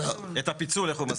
את הפיצול איך הוא מסדיר?